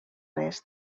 res